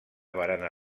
barana